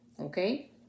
okay